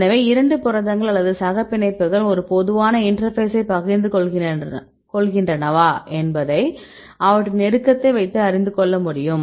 எனவே இரண்டு புரதங்கள் அல்லது சகப் பிணைப்புகள் ஒரு பொதுவான இன்டர்பேசை பகிர்ந்து கொள்கின்றனவா என்பதை அவற்றின் நெருக்கத்தை வைத்து அறிந்து கொள்ள முடியும்